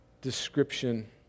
description